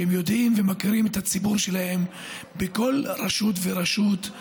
שהם יודעים ומכירים את הציבור שלהם בכל רשות ורשות.